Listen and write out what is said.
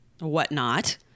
whatnot